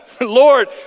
Lord